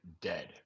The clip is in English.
dead